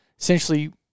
Essentially